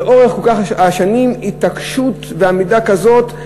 לאורך השנים התעקשות ועמידה כזאת,